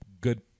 good